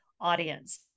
audience